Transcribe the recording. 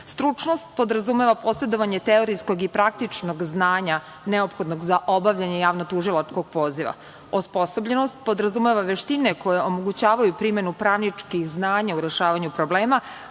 Stručnost podrazumeva posedovanje teorijskog i praktičnog znanja neophodnog za obavljanje javno-tužilačkog poziva. Osposobljenost podrazumeva veštine koje omogućavaju primenu pravničkih znanja u rešavanju problema,